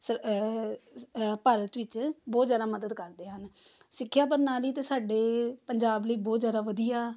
sir Bharat ਵਿੱਚ ਬਹੁਤ ਜ਼ਿਆਦਾ ਮਦਦ ਕਰਦੇ ਹਨ ਸਿੱਖਿਆ ਪ੍ਰਣਾਲੀ ਤਾਂ ਸਾਡੇ ਪੰਜਾਬ ਲਈ ਬਹੁਤ ਜ਼ਿਆਦਾ ਵਧੀਆ